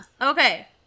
okay